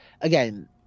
again